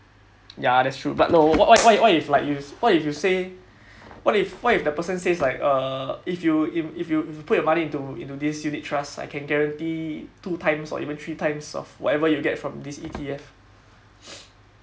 ya that's true but no what what what if like you what if you say what if what if the person says like err if you if you if you put your money into into this unit trust I can guarantee two times or even three times of whatever you get from this E_T_F